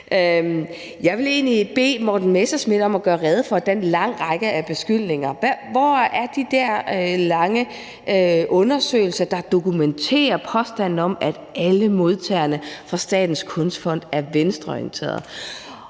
Jeg vil egentlig bede Morten Messerschmidt om at gøre rede for den lange række af beskyldninger. Hvor er de der store undersøgelser, der dokumenterer påstanden om, at alle modtagerne af støtte fra Statens Kunstfond er venstreorienterede?